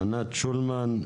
ענת שולמן,